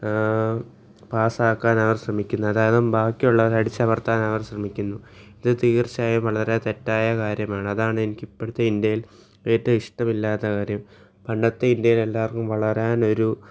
pass ആക്കാൻ അവർ ശ്രമിക്കുന്നു അതായത് ബാക്കിയുള്ളവരെ അടിച്ചമർത്താൻ അവർ ശ്രമിക്കുന്നു ഇത് തീർച്ചയായും വളരെ തെറ്റായ കാര്യമാണ് അതാണ് എനിക്ക് ഇപ്പോഴത്തെ ഇന്ത്യയിൽ ഏറ്റവും ഇഷ്ടമില്ലാത്ത കാര്യം പണ്ടത്തെ ഇന്ത്യയിൽ എല്ലാവർക്കും വളരാൻ ഒരു